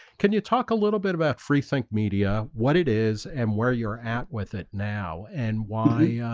can you talk a little bit about free think media what it is and where you're at with it now and why?